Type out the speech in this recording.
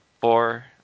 four